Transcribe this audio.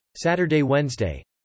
Saturday-Wednesday